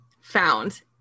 found